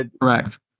Correct